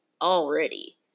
Already